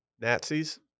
Nazis